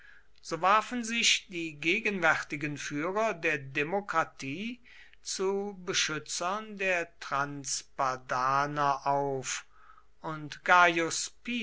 so warfen sich die gegenwärtigen führer der demokratie zu beschützern der transpadaner auf und